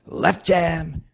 left jab,